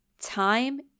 time